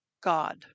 God